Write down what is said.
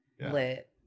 Lit